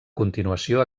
continuació